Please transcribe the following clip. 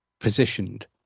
positioned